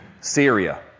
Syria